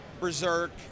berserk